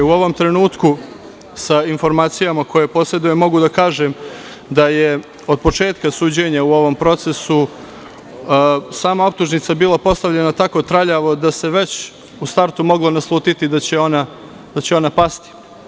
U ovom trenutku, sa informacijama koje posedujemo, mogu da kažem da je od početka suđenja u ovom procesu sama optužnica bila postavljena tako traljavo da se već u startu moglo naslutiti da će ona pasti.